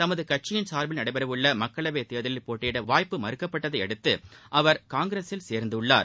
தமது கட்சியின் சாா்பில் நடைபெற உள்ள மக்களவை தேர்தலில் போட்டியிட வாய்ப்பு மறுக்கபட்டதை அடுத்து அவர் காங்கிரஸில் சேர்ந்துள்ளார்